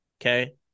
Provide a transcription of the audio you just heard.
Okay